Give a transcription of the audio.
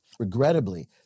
Regrettably